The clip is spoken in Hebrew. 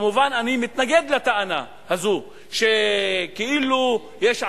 אני כמובן מתנגד לטענה הזאת שכאילו יש "עליהום"